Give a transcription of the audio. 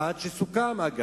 מצד אחד, שסוכם, אגב,